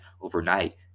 overnight